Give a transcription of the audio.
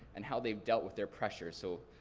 and how they've dealt with their pressure. so